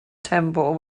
temple